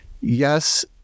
yes